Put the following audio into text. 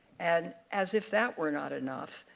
and as if that were not enough,